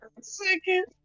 second